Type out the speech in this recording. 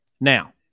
Now